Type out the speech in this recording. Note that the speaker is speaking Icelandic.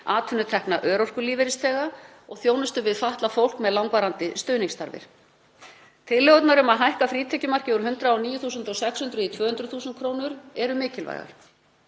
atvinnutekna örorkulífeyrisþega og þjónustu við fatlað fólk með langvarandi stuðningsþarfir. Tillögurnar um að hækka frítekjumarkið úr 109.600 kr. í 200.000 kr. eru mikilvægar.